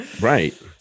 Right